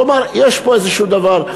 כלומר, יש פה איזשהו דבר.